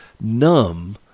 numb